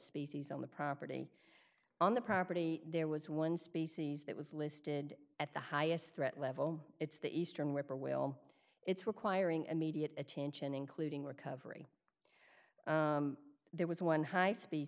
species on the property on the property there was one species that was listed at the highest threat level it's the eastern ripper well it's requiring immediate attention including recovery there was one high spe